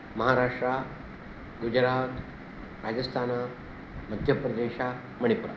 महाराष्ट्रा गुजरात् राजस्थानः मध्यप्रदेशः मणिपुर्